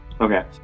Okay